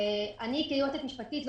כיועצת משפטית אני